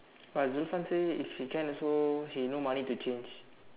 but Zulfan say if he can also he no money to change